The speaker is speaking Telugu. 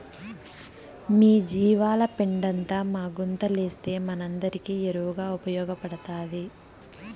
మీ జీవాల పెండంతా మా గుంతలేస్తే మనందరికీ ఎరువుగా ఉపయోగపడతాది